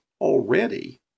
already